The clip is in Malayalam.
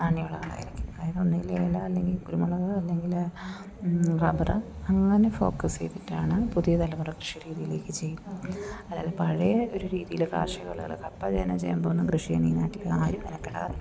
നാണ്യവിളകൾ ആയിരിക്കും അതിൽ ഒന്നുകില്ലേലും അല്ലെങ്കിൽ കുരുമുളക് അല്ലെങ്കിൽ റബർ അങ്ങനെ ഫോക്കസ് ചെയ്തിട്ടാണ് പുതിയ തലമുറ കൃഷിരീതിയിലേക്ക് ചെയ്യുന്നത് അതായത് പഴയ ഒരു രീതിയിൽ കാർഷിക വിളകൾ കപ്പ ചേന ചേമ്പൊന്നും കൃഷി ചെയ്യാൻ ഈ നാട്ടിൽ ആരും മെനക്കെടാറില്ല